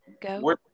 go